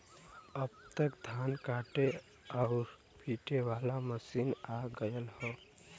अब त धान काटे आउर पिटे वाला मशीन आ गयल हौ